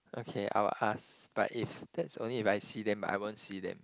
okay I will ask but if that's only if I see them but I won't see them